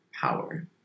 power